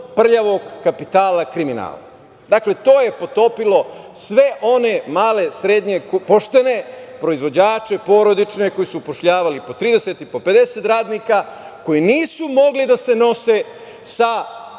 prljavog kapitala kriminala. Dakle, to je potopilo sve one male, srednje, poštene proizvođače, porodične, koji su upošljavali po 30 i po 50 radnika, koji nisu mogli da se nose sa